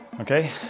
Okay